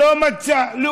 לא מצא חן,